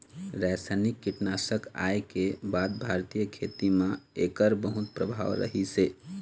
रासायनिक कीटनाशक आए के बाद भारतीय खेती म एकर बहुत प्रभाव रहीसे